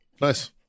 Nice